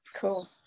Cool